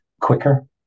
quicker